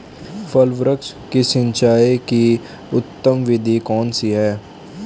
फल वृक्ष की सिंचाई की उत्तम विधि कौन सी है?